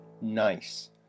Nice